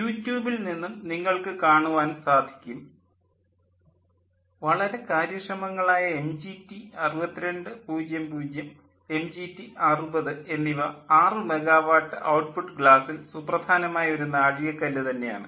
യൂടുബിൽ നിന്നും നിങ്ങൾക്ക് കാണുവാൻ സാധിക്കും വളരെ കാര്യക്ഷമങ്ങളായ എംജിറ്റി 6200 എംജിറ്റി 60 എന്നിവ 6 മെഗാവാട്ട് ഔട്ട്പുട്ട് ഗ്ലാസ്സിൽ സുപ്രധാനമായ ഒരു നാഴികക്കല്ല് തന്നെയാണ്